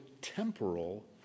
temporal